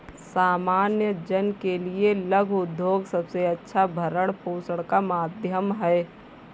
सामान्य जन के लिये लघु उद्योग सबसे अच्छा भरण पोषण का माध्यम है